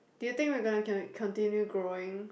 do we think we gonna gonna continue growing